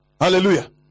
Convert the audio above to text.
Hallelujah